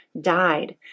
died